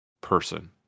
person